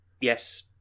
Yes